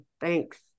thanks